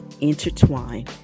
intertwine